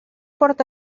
port